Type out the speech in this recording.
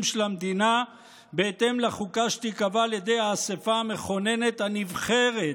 של המדינה בהתאם לחוקה שתיקבע על ידי האספה המכוננת הנבחרת.